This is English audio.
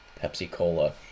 Pepsi-Cola